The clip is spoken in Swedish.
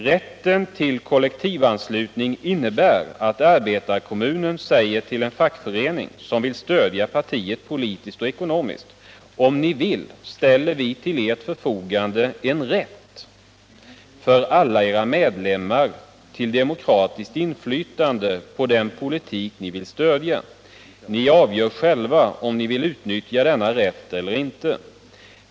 Rätten till kollektivanslutning innebär att arbetarekommunen säger till en fackförening, som vill stödja partiet politiskt och ekonomiskt: Om ni vill, ställer vi till ert förfogande en rätt för alla era medlemmar till demokratiskt inflytande på den politik ni vill stödja. Ni avgör själva om ni vill utnyttja denna rätt eller inte.